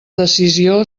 decisió